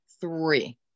three